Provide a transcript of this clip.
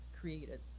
created